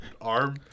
arm